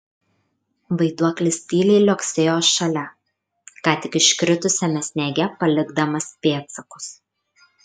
vaiduoklis tyliai liuoksėjo šalia ką tik iškritusiame sniege palikdamas pėdsakus